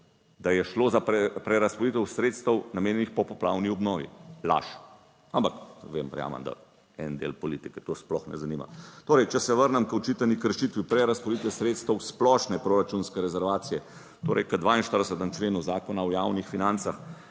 da je šlo za prerazporeditev sredstev namenjenih po poplavni obnovi, laž. Ampak vem, verjamem, da en del politike to sploh ne zanima. Torej, če se vrnem k očitani kršitvi prerazporeditve sredstev splošne proračunske rezervacije, torej k 42. členu Zakona o javnih financah